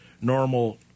normal